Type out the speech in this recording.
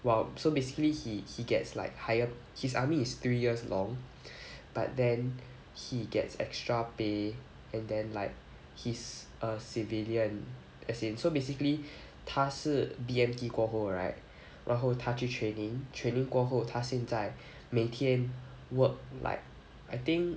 while so basically he he gets like higher his army is three years long but then he gets extra pay and then like he's a civilian as in so basically 他是 B_M_T 过后 right 然后他去 training training 过后他现在每天 work like I think